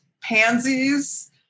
pansies